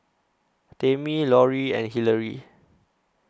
Tamie Laurie and Hilary